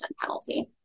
penalty